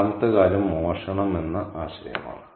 രണ്ടാമത്തെ കാര്യം മോഷണം എന്ന ആശയമാണ്